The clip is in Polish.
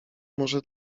może